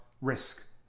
risk